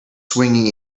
swinging